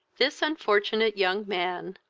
this unfortunate young man,